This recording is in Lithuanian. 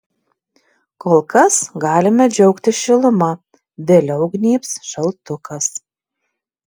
kol kas galime džiaugtis šiluma vėliau gnybs šaltukas